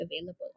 available